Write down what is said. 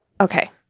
okay